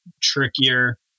trickier